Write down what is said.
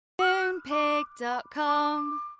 Moonpig.com